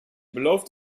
beloofd